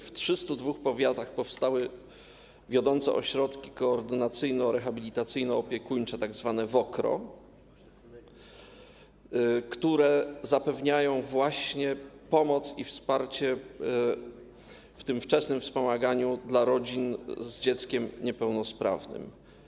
W 302 powiatach powstały wiodące ośrodki koordynacyjno-rehabilitacyjno-opiekuńcze, tzw. WOKRO, które zapewniają pomoc i wsparcie w tym wczesnym wspomaganiu rodzin z dzieckiem niepełnosprawnym.